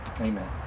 Amen